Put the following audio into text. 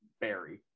Barry